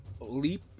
leap